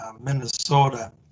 Minnesota